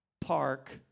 Park